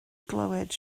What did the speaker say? glywed